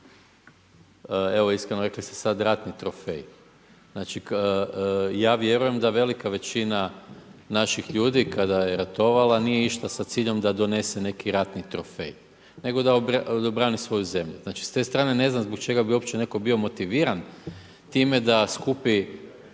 Evo iskreno, rekli ste sada ratni trofej. Znači, ja vjerujem da velika većina naših ljudi kada je ratovala nije išla sa ciljem da donese neki ratni trofej, nego da obrani svoju zemlju. Znači s te strane ne znam zbog čega bi uopće netko bio motiviran time da skupi